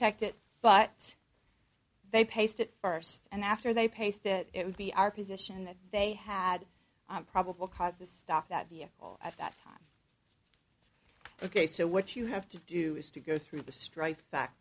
checked it but they paced it first and after they paced it it would be our position that they had on probable cause to stop that vehicle at that time ok so what you have to do is to go through the strife fac